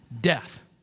Death